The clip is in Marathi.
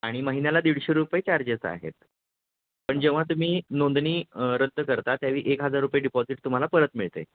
आणि महिन्याला दीडशे रुपये चार्जेस आहेत पण जेव्हा तुम्ही नोंदणी रद्द करता त्यावेळी एक हजार रुपये डिपॉझिट तुम्हाला परत मिळते